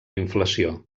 inflació